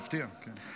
מפתיע, כן.